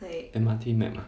M_R_T map ah